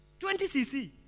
20cc